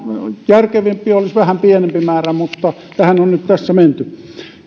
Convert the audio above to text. järkevämpi olisi vähän pienempi määrä mutta tähän on nyt tässä menty